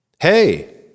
Hey